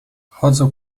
chodzę